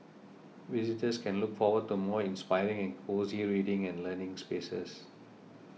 visitors can look forward to more inspiring and cosy reading and learning spaces